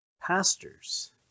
pastors